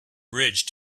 bridge